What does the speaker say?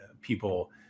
people